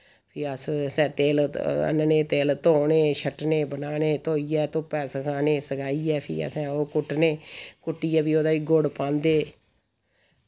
फ्ही असें तिल आह्नने तिल धोने छट्टने बनाने धोइयै धुप्पै सकाने सकाइयै फ्ही असें ओह् कुट्टने कुट्टियै फ्ही ओह्दे च गुड़ पांदे